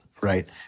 right